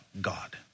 God